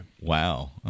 Wow